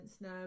now